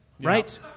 right